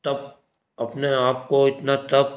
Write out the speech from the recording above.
तप अपने आपको इतना तप